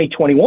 2021